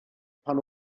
pan